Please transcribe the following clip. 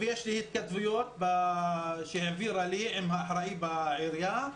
יש לי התכתבויות שלה עם האחראי בעירייה,